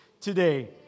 today